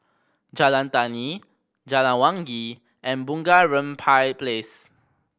Jalan Tani Jalan Wangi and Bunga Rampai Place